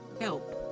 help